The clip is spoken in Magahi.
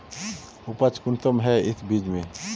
उपज कुंसम है इस बीज में?